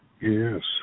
Yes